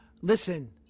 Listen